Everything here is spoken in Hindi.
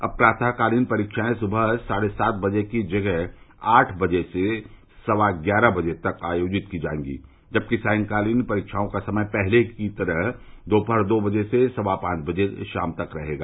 अब प्रातःकालीन परीक्षाएं सुबह साढ़े सात बजे की जगह आठ बजे से सवा ग्यारह बजे तक आयोजित कराई जायेगी जबकि सांयकालीन परीक्षाओं का समय पहले की तरह दोपहर दो बजे से सवा पांच बजे शाम तक रहेगा